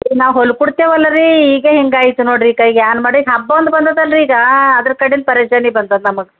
ನಾವು ಹೋಲ್ಕೊಡ್ತೇವಲ್ಲರೀ ಈಗ ಹಿಂಗಾಯ್ತು ನೋಡಿರಿ ಇಕ ಏನ್ ಮಾಡಿ ಹಬ್ಬ ಒಂದು ಬಂದದಲ್ರಿ ಈಗ ಅದರ ಕಡೆನ ಪರೆಷಾನಿ ಬಂದದ ನಮಗೆ